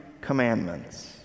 commandments